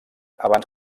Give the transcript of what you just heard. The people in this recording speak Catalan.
abans